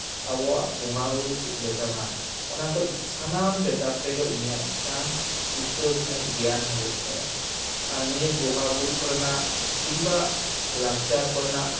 ᱟᱵᱚᱣᱟᱜ ᱵᱚᱸᱜᱟᱼᱵᱩᱨᱩ ᱪᱮᱫ ᱞᱮᱠᱟᱱᱟ ᱚᱱᱟᱠᱚ ᱥᱟᱱᱟᱢ ᱵᱮᱯᱟᱨ ᱛᱮᱜᱮ ᱩᱱᱤᱭᱟᱜ ᱢᱤᱫᱴᱟᱝ ᱯᱩᱥᱴᱟᱹᱣ ᱥᱟᱺᱜᱤᱡ ᱜᱮᱭᱟᱱ ᱦᱩᱭᱩᱜ ᱛᱟᱭᱟ ᱟᱨ ᱱᱤᱭᱟᱹ ᱵᱚᱸᱜᱟᱼᱵᱩᱨᱩ ᱠᱚᱨᱮᱱᱟᱜ ᱠᱤᱢᱵᱟ ᱞᱟᱠᱪᱟᱨ ᱠᱚᱨᱮᱱᱟᱜ